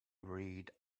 read